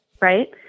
right